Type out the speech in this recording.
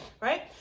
right